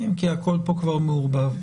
אם כי הכול כאן כבר מעורבב.